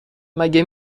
مگه